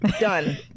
Done